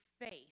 faith